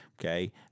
okay